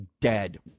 Dead